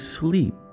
sleep